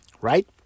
Right